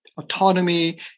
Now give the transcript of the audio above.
autonomy